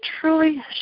truly